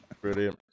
Brilliant